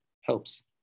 helps